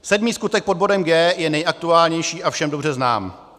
Sedmý skutek pod bodem G je nejaktuálnější a všem dobře známý.